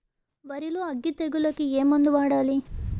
వరిలో అగ్గి తెగులకి ఏ మందు వాడాలి?